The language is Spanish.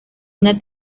una